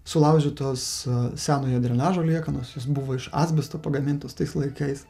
sulaužytos senojo drenažo liekanos jos buvo iš asbesto pagamintos tais laikais